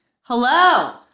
Hello